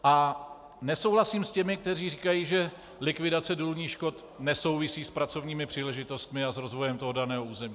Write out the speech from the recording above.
A nesouhlasím s těmi, kteří říkají, že likvidace důlních škod nesouvisí s pracovními příležitostmi a s rozvojem toho daného území.